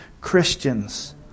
Christians